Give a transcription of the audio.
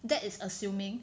that is assuming